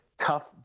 tough